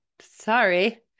sorry